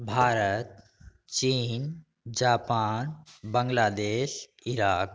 Bharat Chin Japan Bangladesh Iraq